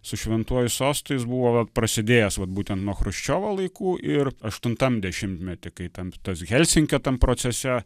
su šventuoju sostu jis buvo gal prasidėjęs vat būtent nuo chruščiovo laikų ir aštuntam dešimtmety kai tam tas helsinkio tam procese